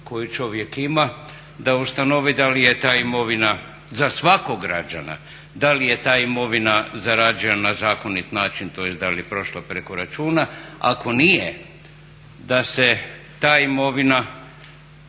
koju čovjek ima, da ustanovi da li je ta imovina za svakog građana da li je ta imovina zarađena na zakonit način, tj. da li je prošla preko računa. Ako nije da se ta imovina